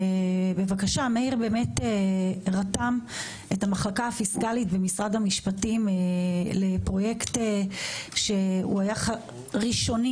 מאיר באמת רתם את המחלקה הפיסקלית ומשרד המשפטים לפרויקט שהיה ראשוני,